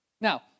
Now